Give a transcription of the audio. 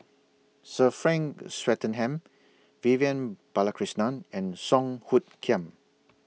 Sir Frank Swettenham Vivian Balakrishnan and Song Hoot Kiam